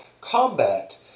combat